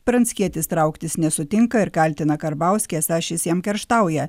pranckietis trauktis nesutinka ir kaltina karbauskį esą šis jam kerštauja